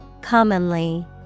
Commonly